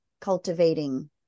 cultivating